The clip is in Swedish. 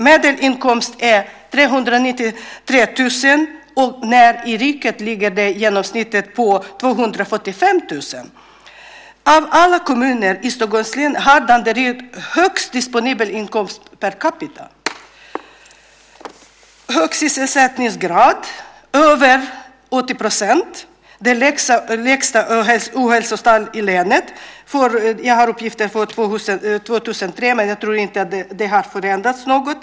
Medelinkomsten är 393 000, och i riket ligger genomsnittet på 245 000. Av alla kommuner i Stockholms län har Danderyd högst disponibel inkomst per capita. Man har hög sysselsättningsgrad - över 80 %- och det lägsta ohälsotalet i länet. Jag har uppgifter från 2003, men jag tror inte att det har förändrats något.